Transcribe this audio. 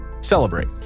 celebrate